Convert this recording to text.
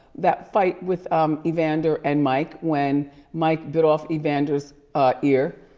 that fight with um evander and mike when mike bit off evander's ear,